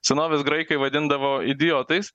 senovės graikai vadindavo idiotais